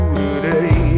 today